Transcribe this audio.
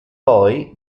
poi